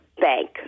bank